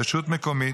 רשות מקומית,